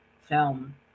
film